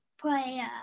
play